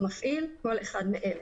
"מפעיל" כל אחד מאלה: